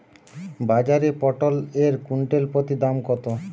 বাজারে পটল এর কুইন্টাল প্রতি দাম কত?